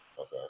Okay